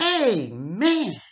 Amen